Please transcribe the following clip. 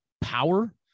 power